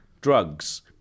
drugs